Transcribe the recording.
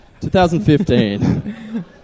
2015